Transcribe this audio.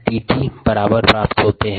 इस समीकरण से समय प्राप्त होता है